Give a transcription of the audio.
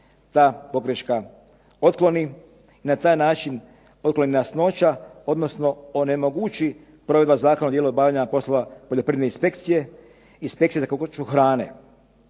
ta pogreška otkloni i na taj način otkloni nejasnoća odnosno nemoguća provedba zakona u dijelu obavljanja poslova poljoprivredne inspekcije, inspekcije za kakvoću hrane